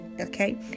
Okay